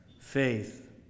faith